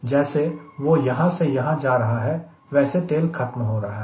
जैसे वह यहां से यहां जा रहा है वैसे तेल खत्म हो रहा है